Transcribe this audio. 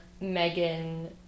Megan